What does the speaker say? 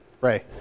Ray